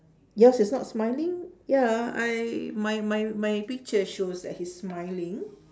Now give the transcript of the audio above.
your's is not smiling ya I my my my picture shows that he's smiling